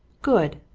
good!